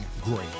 great